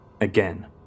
Again